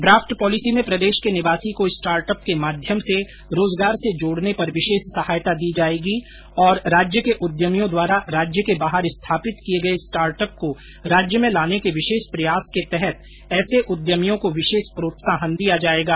draught policy में प्रदेश के निवासी को स्टार्टअप के माध्यम से रोजगार से जोड़ने पर विशेष सहायता दी जाएगी और राज्य के उद्यमियों द्वारा राज्य के बाहर स्थापित किये गये स्टार्टअप को राज्य में लाने के विशेष प्रयास के तहत ऐसे उद्यमियों को विशेष प्रोत्साहन दिया जाएगा